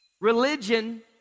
Religion